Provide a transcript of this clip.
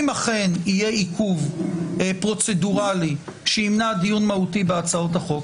אם אכן יהיה עיכוב פרוצדורלי שימנע דיון מהותי בהצעות החוק,